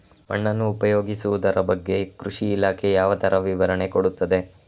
ಮಣ್ಣನ್ನು ಉಪಯೋಗಿಸುದರ ಬಗ್ಗೆ ಕೃಷಿ ಇಲಾಖೆ ಯಾವ ತರ ವಿವರಣೆ ಕೊಡುತ್ತದೆ?